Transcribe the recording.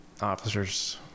officers